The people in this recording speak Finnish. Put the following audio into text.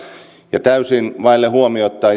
ja täysin vaille huomiota